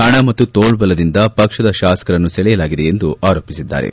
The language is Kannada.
ಹಣ ಮತ್ತು ತೋಳ್ಲದಿಂದ ಪಕ್ಷದ ಶಾಸಕರನ್ನು ಸೆಳೆಯಲಾಗಿದೆ ಎಂದು ಆರೋಪಿಸಿದ್ದಾರೆ